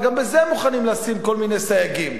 גם בזה הם מוכנים לשים כל מיני סייגים,